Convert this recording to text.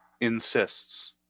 insists